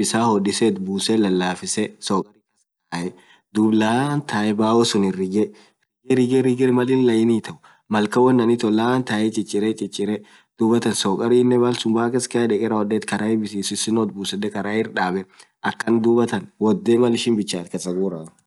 bisaan hodisee it busee lalafisee laan tae baoan rigee rigee maliin laini itee sukarii hakass kae malsunn deke karai sisino itbusee maal ishin danfit kasnekee kasagura malsuun.